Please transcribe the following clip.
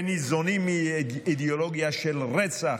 שניזונים מאידיאולוגיה של רצח,